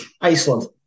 Iceland